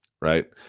Right